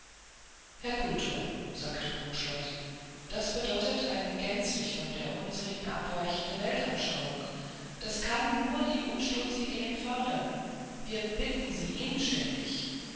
herr kultor sagte von huhnschlott das bedeutet eine gänzlich von der unsrigen abweichende weltanschauung das kann nur die umsturzideen fördern wir bitten sie inständig